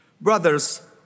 Brothers